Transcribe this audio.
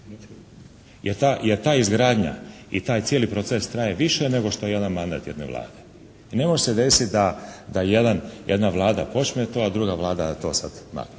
Jer ta izgradnja i taj cijeli proces traje više nego što jedan mandat jedne Vlade. I ne može se desiti da jedna Vlada počne to, a druga Vlada da to sad makne.